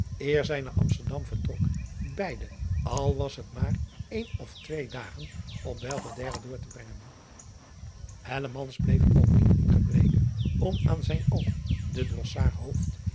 eer zij naar msterdam vertrok beide al was het maar een of twee dagen op elvedere door te brengen bleef ook niet in gebreke om aan zijn oom den